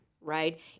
Right